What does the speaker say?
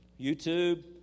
YouTube